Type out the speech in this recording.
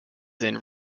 then